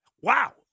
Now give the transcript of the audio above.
wow